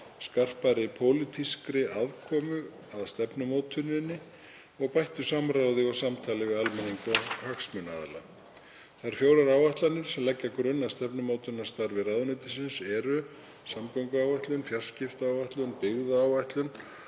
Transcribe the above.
skarpari pólitískri aðkomu að stefnumótuninni og bættu samráði og samtali við almenning og hagsmunaaðila. Þær fjórar áætlanir sem leggja grunn að stefnumótunarstarfi ráðuneytisins eru samgönguáætlun, fjarskiptaáætlun, byggðaáætlun